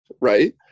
right